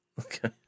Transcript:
okay